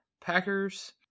Packers